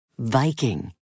Viking